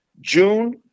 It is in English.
June